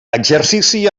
exercici